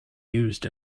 used